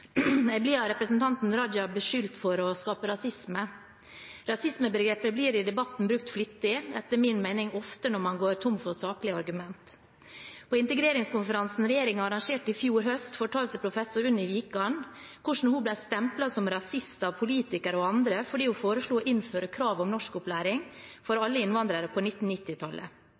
Jeg blir av representanten Raja beskyldt for å skape rasisme. Rasismebegrepet blir brukt flittig i debatten, etter min mening ofte når man går tom for saklige argument. På integreringskonferansen regjeringen arrangerte i fjor høst, fortalte professor Unni Wikan hvordan hun ble stemplet som rasist av politikere og andre fordi hun foreslo å innføre krav om norskopplæring for alle innvandrere på